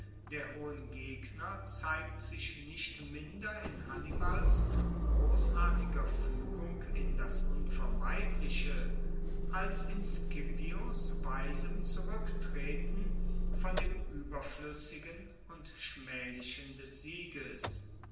der hohen gegner zeigt sich nicht minder in hannibals grossartiger fuegung in das unvermeidliche als in scipios weisem zuruecktreten von dem ueberfluessigen und schmaehlichen des sieges